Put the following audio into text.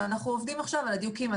ואנחנו עובדים עכשיו על הדיוקים.